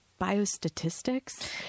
biostatistics